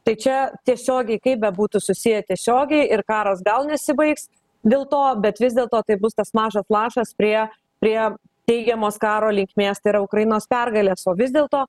tai čia tiesiogiai kaip bebūtų susiję tiesiogiai ir karas gal nesibaigs dėl to bet vis dėlto tai bus tas mažas lašas prie prie teigiamos karo linkmės tai yra ukrainos pergalės o vis dėlto